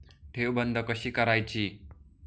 ठेव बंद कशी करायची?